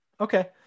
Okay